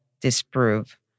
disprove